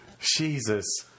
Jesus